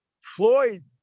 Floyd